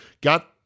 Got